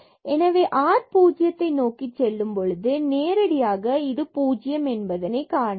எனவே r 0 நோக்கி செல்லும் பொழுது நேரடியாக பூஜ்ஜியம் என்பதை காணலாம்